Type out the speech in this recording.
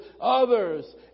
others